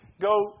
go